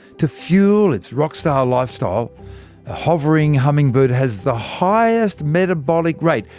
to fuel its rock star lifestyle, a hovering hummingbird has the highest metabolic rate,